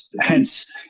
Hence